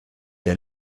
der